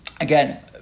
again